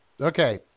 Okay